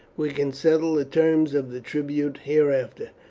we can settle the terms of the tribute hereafter,